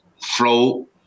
flow